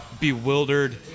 bewildered